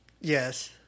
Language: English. Yes